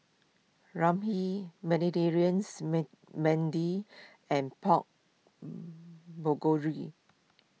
Ramyeon Mediterraneans and Pork